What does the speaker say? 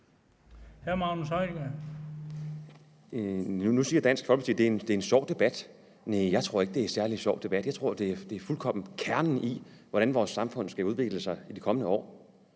Magnus Heunicke (S): Nu siger Dansk Folkeparti, at det er en sjov debat. Næh, jeg tror ikke, det er en særlig sjov debat; jeg tror det fuldstændig er kernen i, hvordan vores samfund skal udvikle sig i de kommende år.